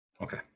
Okay